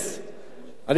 בדרך כלל אני רגוע.